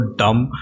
dumb